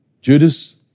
Judas